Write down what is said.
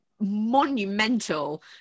monumental